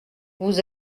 vous